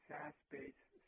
SaaS-based